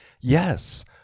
yes